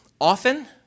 often